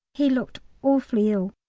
he looked awfully ill,